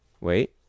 Wait